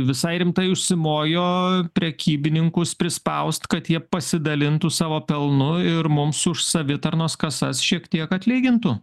visai rimtai užsimojo prekybininkus prispausti kad jie pasidalintų savo pelnu ir mums už savitarnos kasas šiek tiek atlygintų